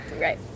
Right